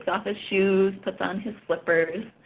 off his shoes, puts on his slippers,